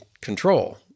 control